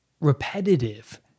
repetitive